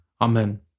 Amen